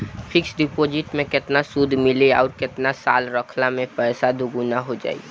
Fix deposit मे केतना सूद मिली आउर केतना साल रखला मे पैसा दोगुना हो जायी?